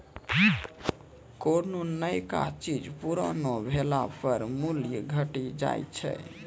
कोन्हो नयका चीज पुरानो भेला पर मूल्य घटी जाय छै